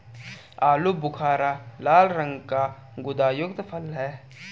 आलू बुखारा लाल रंग का गुदायुक्त फल है